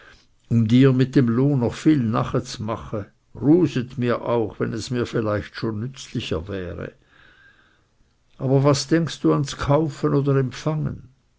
und dir mit dem lohn noch viel nachezmache gruset mir auch wenn es mir vielleicht schon nützlicher wäre aber was denkst du ans kaufen oder empfangen